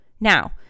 Now